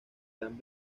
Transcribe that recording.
dan